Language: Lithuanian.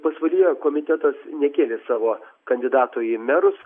pasvalyje komitetas nekėlė savo kandidato į merus